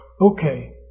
Okay